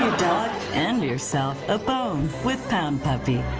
dog and yourself a bone with pound puppy.